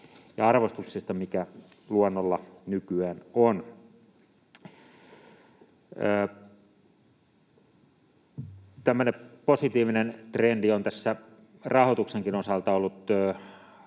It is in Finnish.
ja arvostuksesta, mikä luonnolla nykyään on. Tämmöinen positiivinen trendi on tässä rahoituksenkin osalta ollut